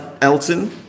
Elton